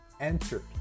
entered